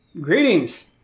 greetings